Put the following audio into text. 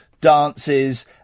Dance's